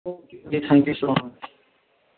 thank you so much